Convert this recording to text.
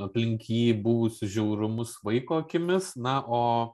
aplink jį buvusius žiaurumus vaiko akimis na o